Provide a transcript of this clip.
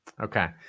okay